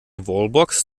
wallbox